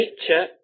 nature